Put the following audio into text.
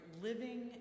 living